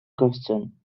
question